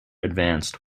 advanced